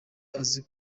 azi